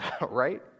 Right